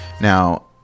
now